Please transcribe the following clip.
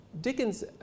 Dickens